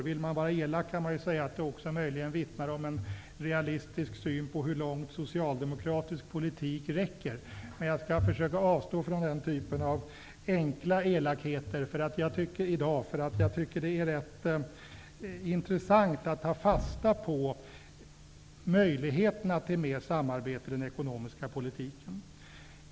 Vill man vara elak kan man säga att det möjligen också vittnar om en realistisk syn på hur långt socialdemokratisk politik räcker. Men jag skall i dag försöka avstå från den typen av enkla elakheter, eftersom jag tycker att det är rätt intressant att ta fasta på möjligheterna till mer av samarbete i den ekonomiska politiken.